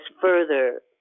further